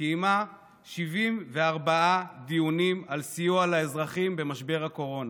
קיימה 74 דיונים על סיוע לאזרחים במשבר הקורונה,